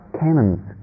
cannons